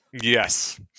Yes